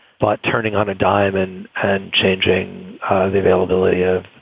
but turning on a dime and and changing the availability of